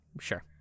Sure